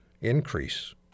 increase